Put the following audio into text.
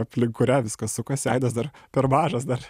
aplink kurią viskas sukasi aidas dar per mažas dar